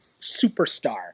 superstar